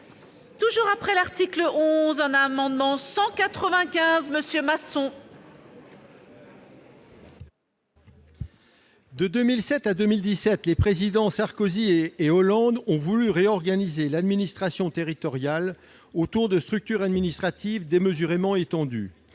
libellé : La parole est à M. Jean Louis Masson. De 2007 à 2017, les présidents Sarkozy et Hollande ont voulu réorganiser l'administration territoriale autour de structures administratives démesurément étendues.